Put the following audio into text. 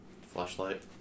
Flashlight